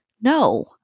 no